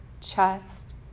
chest